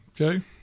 Okay